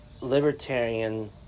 libertarian